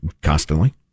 Constantly